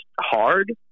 hard